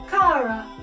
Kara